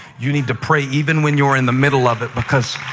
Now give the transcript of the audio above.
you need to pray even when you're in the middle of it, because